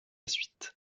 suite